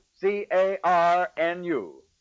C-A-R-N-U